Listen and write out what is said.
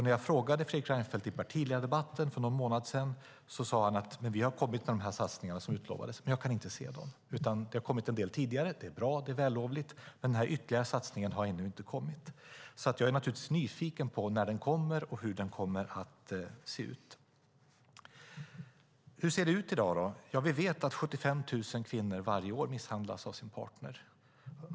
När jag frågade Fredrik Reinfeldt i partiledardebatten för någon månad sedan sade han att regeringen har kommit med de satsningar som utlovades. Jag kan inte se dem. Det har kommit en del tidigare, och det är bra och vällovligt, men den här ytterligare satsningen har ännu inte kommit. Jag är naturligtvis nyfiken på när den kommer och hur den kommer att se ut. Hur ser det ut i dag? Ja, vi vet att 75 000 kvinnor misshandlas varje år av sin partner.